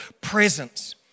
presence